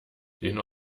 den